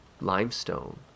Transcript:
limestone